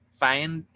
find